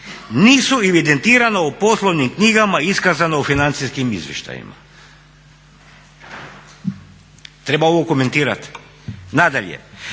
nisu evidentirana u poslovnim knjigama i iskazana u financijskim izvještajima. Treba ovo komentirati? Nadalje,